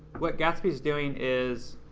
what gatsby's doing is,